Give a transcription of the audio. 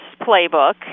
playbook